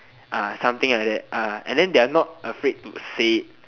something like that and then they are not afraid to say it